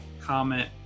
comment